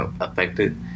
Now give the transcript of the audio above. affected